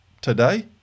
today